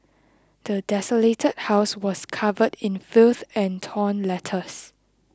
the desolated house was covered in filth and torn letters